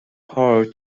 her